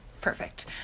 Perfect